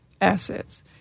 assets